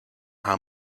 how